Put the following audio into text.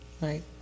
Right